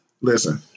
listen